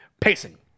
Pacing